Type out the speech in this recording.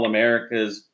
America's